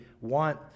want